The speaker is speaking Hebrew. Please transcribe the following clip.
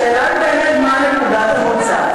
השאלה היא באמת מה נקודת המוצא.